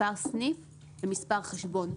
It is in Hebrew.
מספר סניף ומספר חשבון.